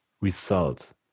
result